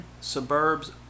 suburbs